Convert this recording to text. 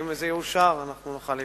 אם זה יאושר, אנחנו נוכל להתקדם.